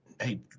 Hey